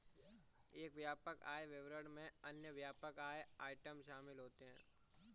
एक व्यापक आय विवरण में अन्य व्यापक आय आइटम शामिल होते हैं